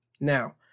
Now